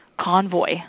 convoy